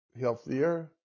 healthier